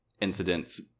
incidents